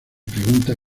pregunta